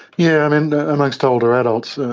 yeah um and ah amongst older adults, ah